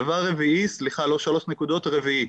דבר רביעי, סליחה, לא שלוש נקודות, רביעי,